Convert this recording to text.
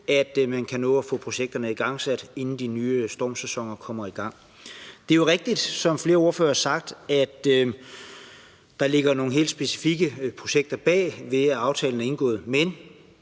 på, kan nå at få projekterne igangsat, inden de nye stormsæsoner kommer i gang. Det er jo rigtigt, som flere ordførere har sagt, at der ligger nogle helt specifikke projekter bag, at aftalen er indgået,